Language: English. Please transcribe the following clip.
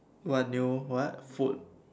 what new what food